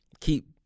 keep